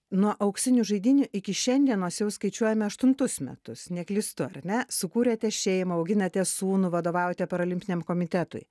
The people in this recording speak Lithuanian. nuo auksinių žaidynių iki šiandienos jau skaičiuojame aštuntus metus neklystu ar ne sukūrėte šeimą auginate sūnų vadovaujate parolimpiniam komitetui